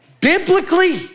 Biblically